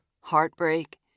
heartbreak